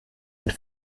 mit